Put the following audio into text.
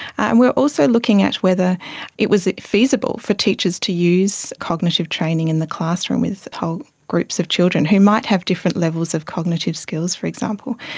and were also looking at whether it was feasible for teachers to use cognitive training in the classroom with whole groups of children who might have different levels of cognitive skills, for example.